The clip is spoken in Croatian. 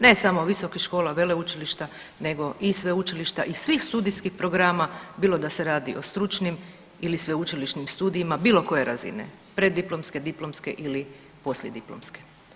Ne samo visokih škola, veleučilišta nego i sveučilišta i svih studijskih programa bilo da se radi o stručnim ili sveučilišnim studijima bilo koje razine, preddiplomske, diplomske ili poslijediplomske.